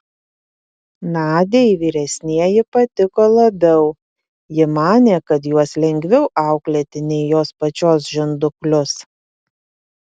nadiai vyresnieji patiko labiau ji manė kad juos lengviau auklėti nei jos pačios žinduklius